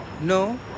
no